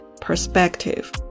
perspective